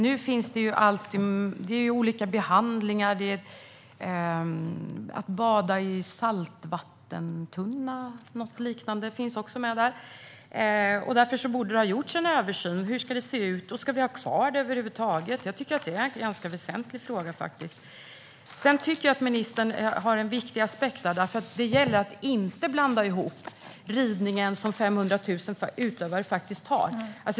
Nu finns olika behandlingar också med där, till exempel att bada i saltvattentunna eller något liknande. Därför borde det ha gjorts en översyn av hur det ska se ut. Ska vi ha kvar det över huvud taget? Det är en ganska väsentlig fråga. Ministern tar upp en viktig aspekt. Det gäller att inte blanda ihop detta med ridningen, som har 500 000 utövare.